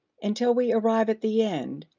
until we arrive at the end,